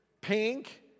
pink